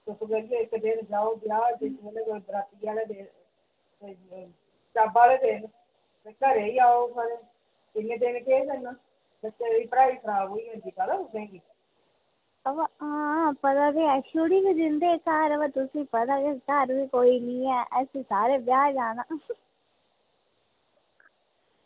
आं पता ते ऐ छुड़ी बी दिंदे हे घर बाऽ तुसें ई पता घर कोई बी निं ऐ असें सारें ब्याह् जाना